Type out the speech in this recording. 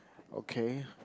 okay